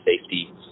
safety